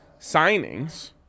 signings